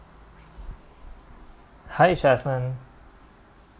hi jasmine